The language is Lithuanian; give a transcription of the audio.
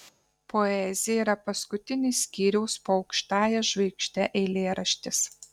poezija yra paskutinis skyriaus po aukštąja žvaigžde eilėraštis